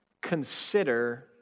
consider